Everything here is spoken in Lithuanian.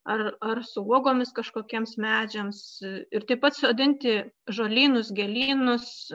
ar ar su uogomis kažkokiems medžiams ir taip pat sodinti žolynus gėlynus